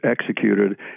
executed